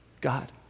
God